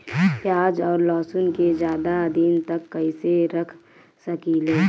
प्याज और लहसुन के ज्यादा दिन तक कइसे रख सकिले?